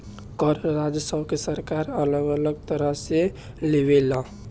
कर राजस्व के सरकार अलग अलग तरह से लेवे ले